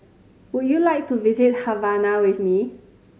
would you like to visit Havana with me